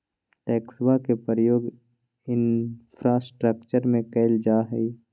टैक्सवा के प्रयोग इंफ्रास्ट्रक्टर में कइल जाहई